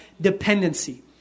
dependency